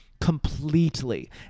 completely